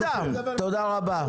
תודה רבה.